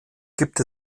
gibt